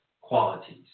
qualities